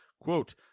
quote